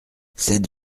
sept